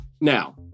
Now